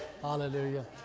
Hallelujah